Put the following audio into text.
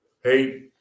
hey